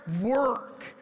work